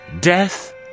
Death